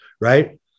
right